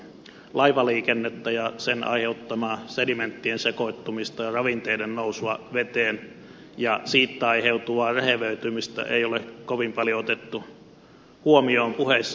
laivaliikennettä ja sen aiheuttamaa sedimenttien sekoittumista ja ravinteiden nousua veteen ja siitä aiheutuvaa rehevöitymistä ei ole kovin paljon otettu huomioon puheissa